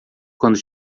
quando